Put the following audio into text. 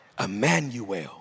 Emmanuel